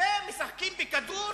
והם משחקים בכדור